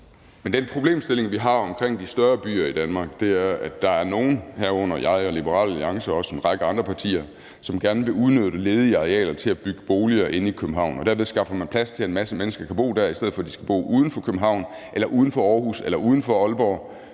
Men den problemstilling, vi har omkring de større byer i Danmark, er, at der er nogle, herunder jeg og Liberal Alliance og også en række andre partier, som gerne vil udnytte ledige arealer til at bygge boliger inde i København. Derved skaffer man plads til, at en masse mennesker kan bo der, i stedet for at de skal bo uden for København eller uden for Aarhus eller uden for Aalborg,